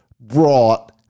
brought